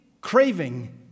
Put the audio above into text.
craving